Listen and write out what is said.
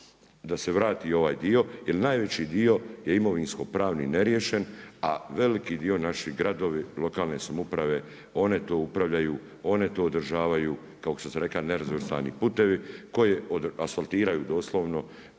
da se vrati ovaj dio. Jer najveći dio je imovinsko-pravni neriješen, a veliki dio naši gradovi, lokalne samouprave, one to upravljaju, one to održavaju, kako sam rekao, nerazvrstani putevi koje asfaltiraju doslovno,